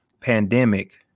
pandemic